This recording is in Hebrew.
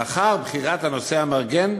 לאחר בחירת הנושא המארגן,